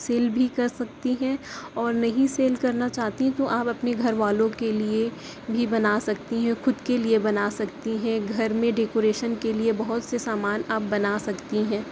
cell بھی کر سکتی ہیں اور نہیں سیل کرنا چاہتی ہیں تو آپ اپنے گھر والوں کے لیے بھی بنا سکتی ہیں خود کے لیے بنا سکتی ہیں گھر میں ڈیکوریشن کے لیے بہت سے سامان آپ بنا سکتی ہیں